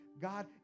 God